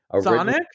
sonic